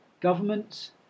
governments